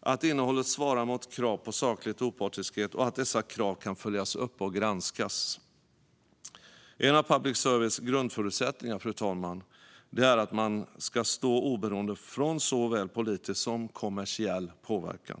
att innehållet svarar mot krav på saklighet och opartiskhet och att dessa krav kan följas upp och granskas. En av public services grundförutsättningar, fru talman, är att man ska stå oberoende från såväl politisk som kommersiell påverkan.